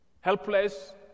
Helpless